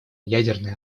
ядерной